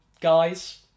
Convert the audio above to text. guys